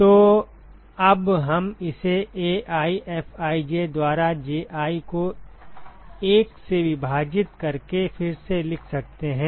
तो अब हम इसे AiFij द्वारा Ji को 1 से विभाजित करके फिर से लिख सकते हैं